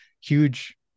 huge